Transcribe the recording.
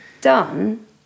done